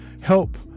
help